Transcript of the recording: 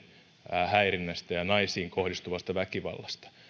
häirinnästä ja naisiin kohdistuvasta väkivallasta